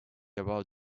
about